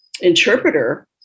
interpreter